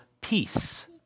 peace